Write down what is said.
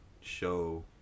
show